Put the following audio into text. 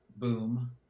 boom